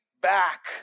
back